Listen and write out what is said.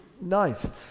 nice